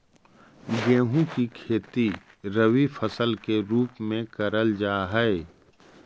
गेहूं की खेती रबी फसल के रूप में करल जा हई